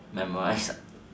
memorise lah